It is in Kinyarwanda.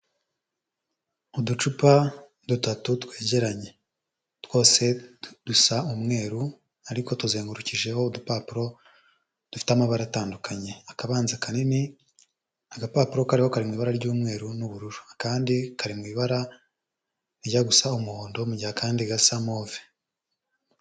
Uducupa dutatu twegeranye, twose dusa umweru ariko tuzengurukijeho udupapuro dufite amabara atandukanye, akabanza kanini agapapuro kariho kari mu ibara ry'umweru n'ubururu, akandi kari mu ibara rijya gusa umuhondo, mu gihe akandi gasa move.